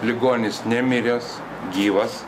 ligonis nemiręs gyvas